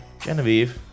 Genevieve